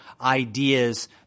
ideas